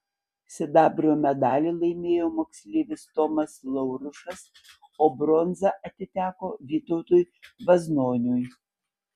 sidabro medalį laimėjo moksleivis tomas laurušas o bronza atiteko vytautui vaznoniui